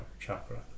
chakra